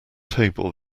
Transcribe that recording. table